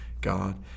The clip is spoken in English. God